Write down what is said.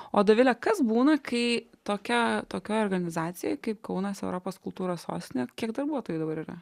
o dovile kas būna kai tokia tokioj organizacijoj kaip kaunas europos kultūros sostinė kiek darbuotojų dabar yra